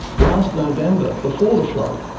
last november, before the flood,